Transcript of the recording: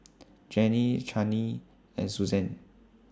Jenny Channie and Susann